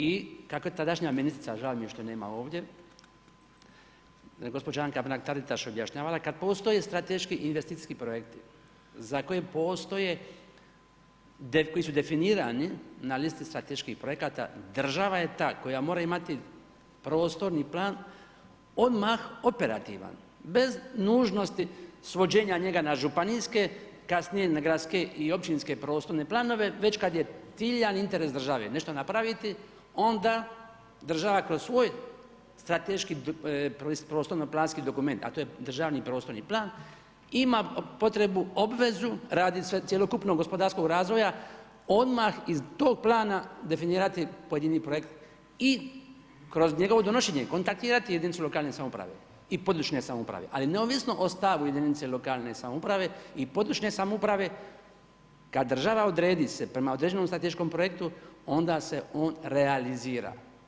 I kako je tadašnja ministrica, žao mi je što je nema ovdje gospođa Anka Mrak-Taritaš objašnjavala kada postoje strateški investicijski projekti za koje postoje koji su definirani na listi strateških projekata država je ta koja mora imati prostorni plan odmah operativan, bez nužnosti svođenja njega na županijske, kasnije na gradske i općinske prostorne planove, već kada je ciljan interes države nešto napraviti onda država kroz svoj strateški prostorno planski dokument, a to je državni prostorni plan ima potrebu obvezu radi cjelokupnog gospodarskog razvoja odmah iz tog plana definirati pojedini projekt i kroz njegovo donošenje kontaktirati jedinice lokalne samouprave i područne samouprave i područne samouprave, ali neovisno o stavu jedinica lokalne samouprave i područne samouprave kada države se odredi prema određenom strateškom projektu onda se on realizira.